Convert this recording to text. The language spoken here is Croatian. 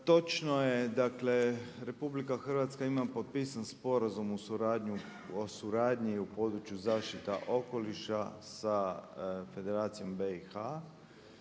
Točno je dakle RH ima potpisan Sporazum o suradnji u području zaštite okoliša sa Federacijom BiH